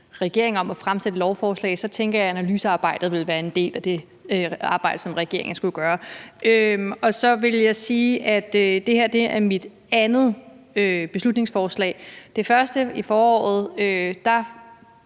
regeringen om at fremsætte lovforslag, tænker jeg, at analysearbejdet vil være en del af det arbejde, som regeringen skulle gøre. Så vil jeg sige, at det her er mit andet beslutningsforslag. I det første i foråret var